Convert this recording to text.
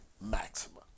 Maxima